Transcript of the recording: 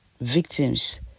Victims